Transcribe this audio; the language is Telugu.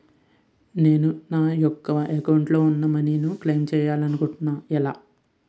నేను నా యెక్క అకౌంట్ లో ఉన్న మనీ ను క్లైమ్ చేయాలనుకుంటున్నా ఎలా?